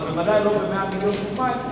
אבל בוודאי לא ב-100 מיליון קוב מים.